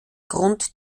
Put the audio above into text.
grund